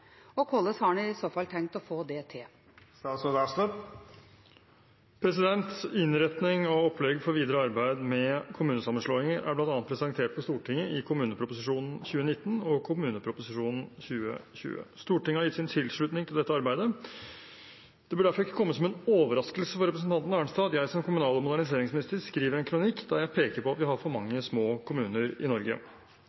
og hvordan har han i så fall tenkt å få dette til?» Innretning av opplegg for videre arbeid med kommunesammenslåinger er bl.a. presentert for Stortinget i kommuneproposisjonen for 2019 og kommuneproposisjonen for 2020. Stortinget har gitt sin tilslutning til dette arbeidet. Det bør derfor ikke komme som en overraskelse for representanten Arnstad at jeg som kommunal- og moderniseringsminister skriver en kronikk der jeg peker på at vi har for mange